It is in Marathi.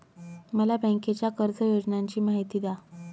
मला बँकेच्या कर्ज योजनांची माहिती द्या